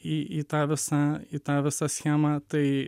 į į tą visą į tą visą schemą tai